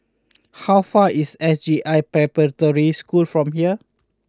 how far away is S J I Preparatory School from here